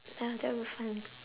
ya that would be fun